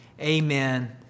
Amen